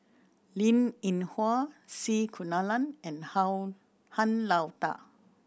Linn In Hua C Kunalan and Han Lao Da